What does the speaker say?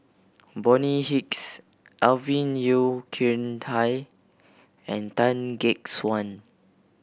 Bonny Hicks Alvin Yeo Khirn Hai and Tan Gek Suan